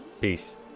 Peace